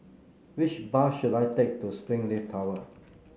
which bus should I take to Springleaf Tower